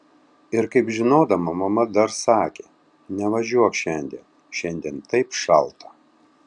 ir kaip žinodama mama dar sakė nevažiuok šiandien šiandien taip šalta